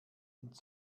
und